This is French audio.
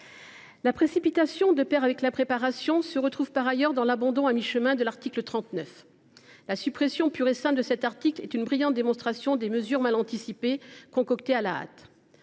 allée de pair avec l’impréparation, se retrouve par ailleurs dans l’abandon à mi chemin de l’article 39. La suppression pure et simple de ce dernier est la brillante démonstration de mesures mal anticipées, concoctées à la hâte.